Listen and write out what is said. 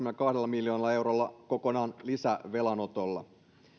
miljoonalla eurolla kokonaan lisävelan otolla